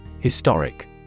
Historic